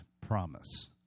promise